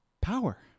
Power